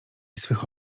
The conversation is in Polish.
swych